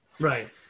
Right